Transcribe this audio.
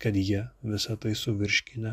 kad jie visa tai suvirškinę